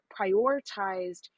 prioritized